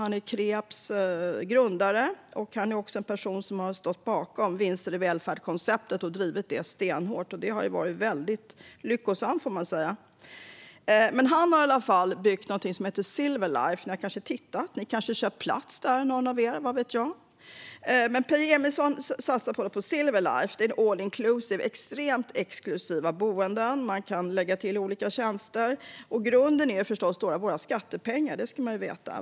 Han är Kreabs grundare, och han är också en person som har stått bakom konceptet vinster i välfärden och drivit det stenhårt, vilket man får säga har varit väldigt lyckosamt. Peje Emilsson har satsat och byggt någonting som heter Silver Life. Ni har kanske tittat på det. Någon av er kanske har köpt plats där, vad vet jag. Silver Life är ett all inclusive med extremt exklusiva boenden där man kan lägga till olika tjänster. Grunden är förstås våra skattepengar, det ska man veta.